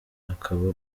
akaba